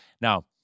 Now